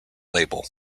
label